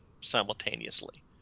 simultaneously